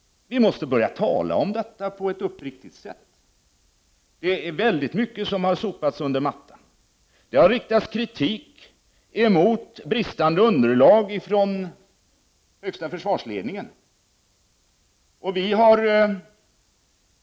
Vi måste börja tala om dessa brister på ett uppriktigt sätt. Väldigt mycket har sopats under mattan. Det har riktats kritik mot bristande underlag från högsta försvarsledningen.